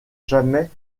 jamais